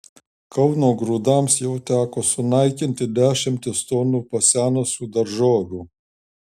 kauno grūdams jau teko sunaikinti dešimtis tonų pasenusių daržovių